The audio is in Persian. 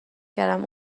کردم